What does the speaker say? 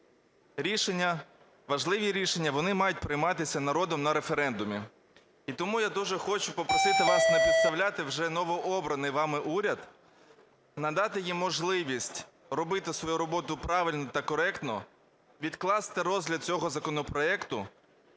рішення, важливі рішення вони мають прийматися народом на референдумі. І тому я дуже хочу попросити вас не підставляти вже новообраний вами уряд, надати їм можливість робити свою роботу правильно та коректно, відкласти розгляд цього законопроекту,